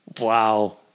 Wow